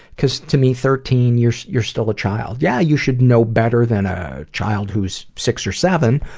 cause to me, thirteen, you're you're still a child. yeah, you should know better than a child who's six or seven,